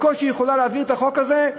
ממשלה שבקושי יכולה להעביר את החוק הזה,